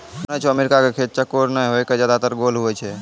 जानै छौ अमेरिका के खेत चौकोर नाय होय कॅ ज्यादातर गोल होय छै